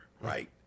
Right